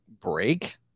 break